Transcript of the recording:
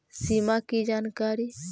सिमा कि जानकारी?